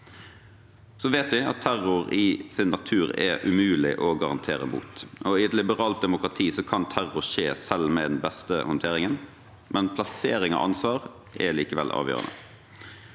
Vi vet at terror i sin natur er umulig å garantere mot, og i et liberalt demokrati kan terror skje selv med den beste håndteringen. Plassering av ansvar er likevel avgjørende.